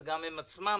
וגם הם עצמם